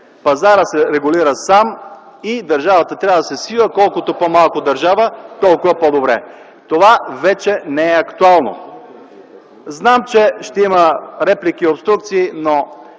пазарът се регулира сам и държавата трябва да се свива. Колкото по-малко държава, толкова по-добре. Това вече не е актуално. (Шум и реплики от КБ.)